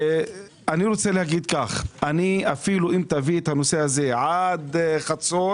אני אפילו אם תביא את הנושא הזה עד חצות,